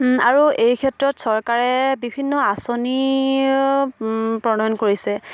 আৰু এই ক্ষেত্ৰত চৰকাৰে বিভিন্ন আঁচনি প্ৰণয়ন কৰিছে